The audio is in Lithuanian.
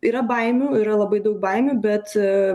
yra baimių yra labai daug baimių bet